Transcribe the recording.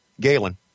Galen